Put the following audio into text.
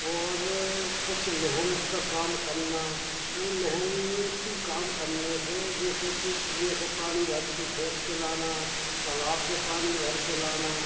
और कुछ मेहनत का काम करना मेहनती काम करने से जैसे कि कुएँ से पानी भर के खींचकर लाना तलाब से पानी भरकर लाना